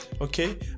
okay